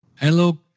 Hello